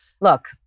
Look